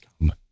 come